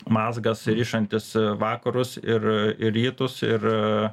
mazgas rišantis vakarus ir ir rytus ir